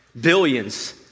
Billions